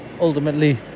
ultimately